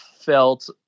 felt